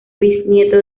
bisnieto